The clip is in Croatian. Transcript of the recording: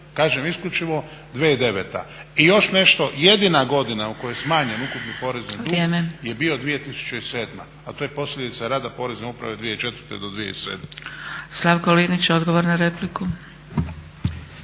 kažem isključivo 2009. I još nešto, jedina godina u kojoj je smanjen ukupni porezni dug je bio 2007., a to je posljedica rada Porezne uprave 2004.do 2007.